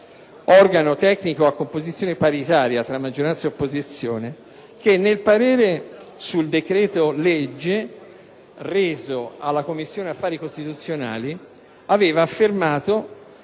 organo tecnico a composizione paritaria tra maggioranza ed opposizione - nel parere sul decreto-legge n. 29 del 2010 reso alla Commissione Affari Costituzionali, aveva affermato